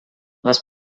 les